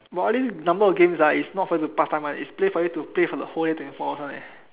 but all these number of games is not for you to pass time one is play for you to play for the whole day twenty four hours one